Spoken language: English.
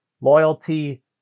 loyalty